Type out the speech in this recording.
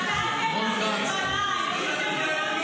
תודה רבה לכולם, די.